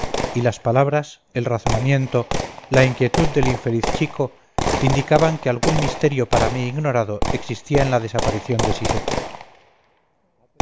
y las palabras el razonamiento la inquietud del infeliz chico indicaban que algún misterio para mí ignorado existía en la desaparición de siseta